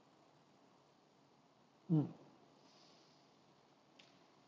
mm